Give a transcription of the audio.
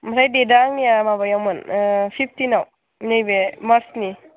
ओमफ्राय डेटआ आंनिया माबायावमोन फिफ्टिनआव नैबे मार्चनि